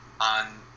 on